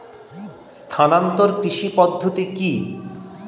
স্থানান্তর কৃষি পদ্ধতি কি?